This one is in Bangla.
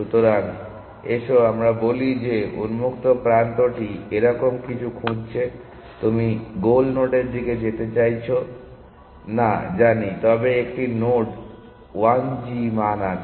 সুতরাং আসুন আমরা বলি যে উন্মুক্ত প্রান্তটি এরকম কিছু খুঁজছে তুমি গোল নোডের দিকে যেতে চাইছো না জানি তবে একটি নোড 1 g মান আছে